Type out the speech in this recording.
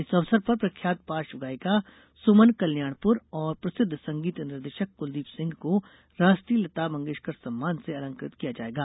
इस अवसर पर प्रख्यात पार्श्व गायिका सुमन कल्याणपुर और प्रसिद्ध संगीत निर्देशक क्लदीप सिंह को राष्ट्रीय लता मंगेशकर सम्मान से अलंकृत किया जायेगा